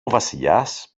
βασιλιάς